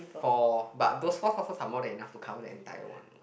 four but those four sources are more than enough to cover the entire one